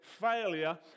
failure